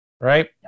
right